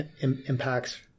impacts